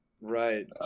right